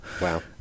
Wow